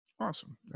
awesome